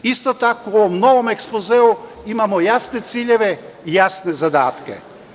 Isto tako u ovom novom ekspozeu imamo jasne ciljeve i jasne zadatke.